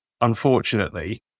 unfortunately